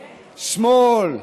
שמאל,